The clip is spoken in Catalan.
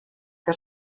que